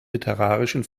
literarischen